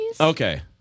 Okay